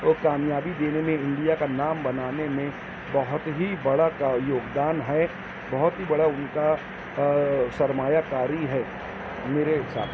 کامیابی دینے میں انڈیا کا نام بنانے میں بہت ہی بڑا یوگ دان ہے بہت ہی بڑا ان کا سرمایا کاری ہے میرے حساب سے